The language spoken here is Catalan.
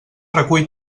recull